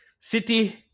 City